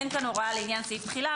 אין פה הוראה לעניין סעיף תחילה.